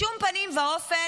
בשום פנים ואופן,